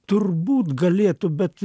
turbūt galėtų bet